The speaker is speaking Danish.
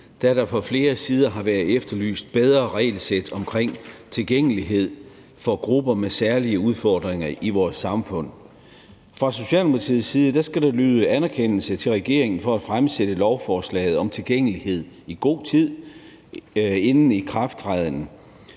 da der fra flere sider har været efterlyst bedre regelsæt omkring tilgængelighed for grupper med særlige udfordringer i vores samfund. Fra Socialdemokratiets side skal der lyde anerkendelse til regeringen for at fremsætte lovforslaget om tilgængelighed i god tid inden ikrafttrædelsen,